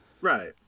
right